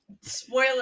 spoiler